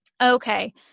Okay